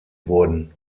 wurden